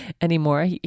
anymore